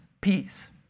peace